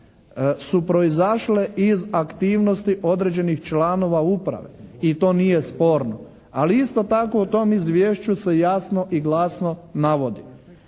su proizašle iz aktivnosti određenih članova uprave i to nije sporno. Ali isto tako u tom izvješću se jasno i glasno navodi,